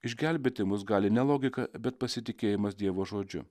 išgelbėti mus gali ne logika bet pasitikėjimas dievo žodžiu